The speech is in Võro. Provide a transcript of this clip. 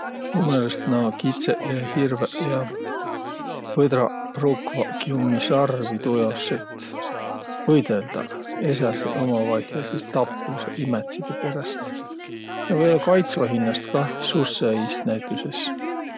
Mu meelest naaq kitsõq ja hirvõq ja põdraq pruukvaki ummi sarvi tuujaos, et võidõldaq. Esädseq umavaihõl sis taplõsõq imätside peräst. Ja või-ollaq kaitsvaq hiinnäst kah sussõ iist näütüses.